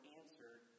answered